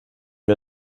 wir